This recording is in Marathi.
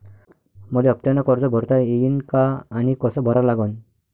मले हफ्त्यानं कर्ज भरता येईन का आनी कस भरा लागन?